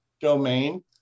domain